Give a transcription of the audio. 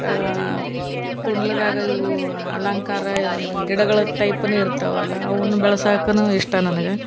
ಕುಂಡ್ಲದಾಗೆ ಇವು ಅಲಂಕಾರ ಇವ್ನ ಗಿಡಗಳು ಟೈಪುನು ಇರ್ತಾವಲ್ಲ ಅವನ್ನು ಬೆಳೆಸೋಕು ಇಷ್ಟ ನನ್ಗೆ